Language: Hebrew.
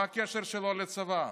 מה הקשר שלו לצבא?